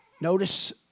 notice